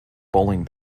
bowling